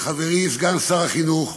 לחברי סגן שר החינוך,